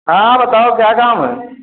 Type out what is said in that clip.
हाँ बताओ क्या काम है